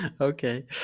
okay